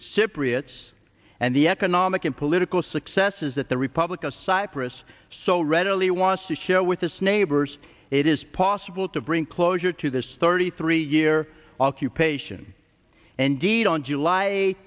cypriots and the economic and political successes that the republic of cyprus so readily wants to share with us neighbors it is possible to bring closure to this thirty three year occupation and deed on july